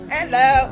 Hello